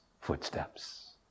footsteps